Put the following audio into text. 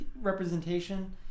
representation